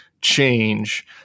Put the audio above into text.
change